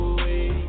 away